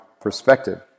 perspective